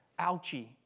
ouchie